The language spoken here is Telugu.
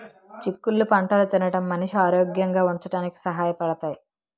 చిక్కుళ్ళు పంటలు తినడం మనిషి ఆరోగ్యంగా ఉంచడానికి సహాయ పడతాయి